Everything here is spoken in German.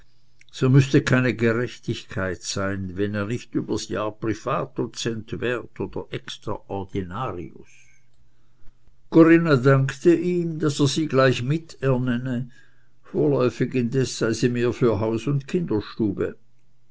so müßte keine gerechtigkeit sein wenn ihr nicht übers jahr privatdozent wärt oder extraordinarius corinna dankte ihm daß er sie gleich mit ernenne vorläufig indes sei sie mehr für haus und kinderstube